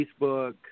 Facebook